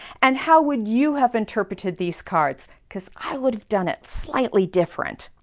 and how would you have interpreted these cards? because i would have done it slightly different.